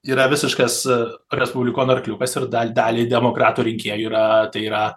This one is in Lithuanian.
yra visiškas respublikonų arkliukas ir dal dalį demokratų rinkėjų yra tai yra